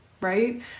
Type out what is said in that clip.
right